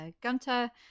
Gunter